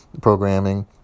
Programming